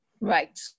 right